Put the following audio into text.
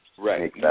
Right